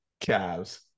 Cavs